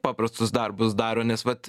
paprastus darbus daro nes vat